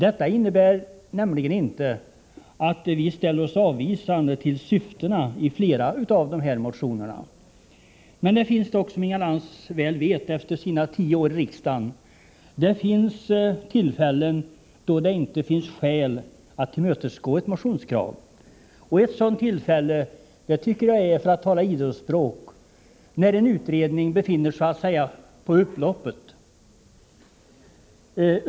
Detta innebär nämligen inte att vi ställer oss avvisande till syftet i flera av dessa motioner. Men det finns, som Inga Lantz väl vet efter sina tio år i riksdagen, tillfällen då det inte föreligger skäl att tillmötesgå ett motionskrav. Och ett sådant tillfälle tycker jag är, för att tala idrottsspråk, när en utredning befinner sig på upploppet.